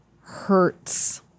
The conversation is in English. hurts